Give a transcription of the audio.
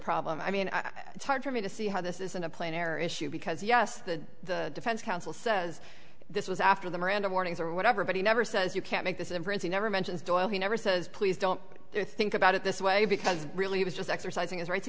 problem i mean it's hard for me to see how this isn't a plane air issue because yes the defense counsel says this was after the miranda warnings or whatever but he never says you can't make this inference he never mentions doyle he never says please don't think about it this way because really it was just exercising his right